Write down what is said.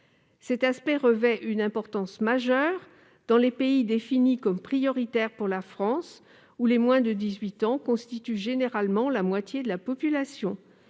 Cet aspect revêt une importance majeure dans les pays définis comme prioritaires pour la France, où les moins de 18 ans constituent généralement la moitié de la population.